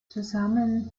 zusammen